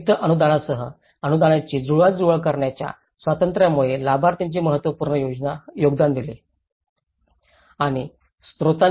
अतिरिक्त अनुदानासह अनुदानाची जुळवाजुळव करण्याच्या स्वातंत्र्यामुळे लाभार्थींनी महत्त्वपूर्ण योगदान दिले